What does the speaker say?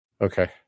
Okay